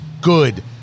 Good